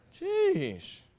Jeez